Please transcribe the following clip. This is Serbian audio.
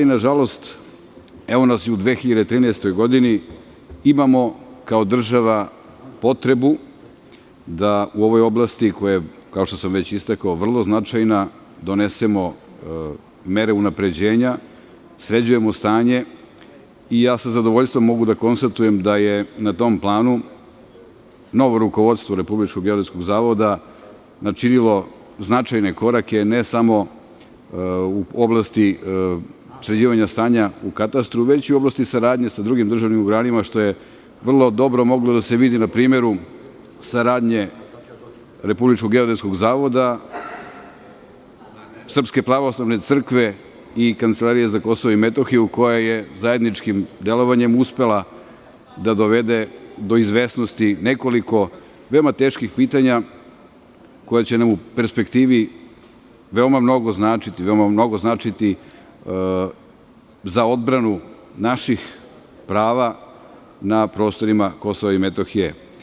Nažalost, evo nas i u 2013. godini, kao država imamo potrebu da u ovoj oblasti koja je, kao što sam već istakao, vrlo značajna, donesemo mere unapređenja, sređujemo stanje i ja sa zadovoljstvom mogu da konstatujem da je na tom planu novo rukovodstvo RGZ načinilo značajne korake, ne samo u oblasti sređivanja stanja u katastru, već i u oblasti saradnje sa drugim državnim organima, što je vrlo dobro moglo da se vidi na primeru saradnje Republičkog geodetskog zavoda i Srpske pravoslavne crkve i Kancelarije za Kosovo i Metohiju koja je zajedničkim delovanjem uspela da dovede do izvesnosti nekoliko veoma teških pitanja koja će nam u perspektivi veoma mnogo značiti za odbranu naših prava na prostorima Kosova i Metohije.